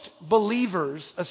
believers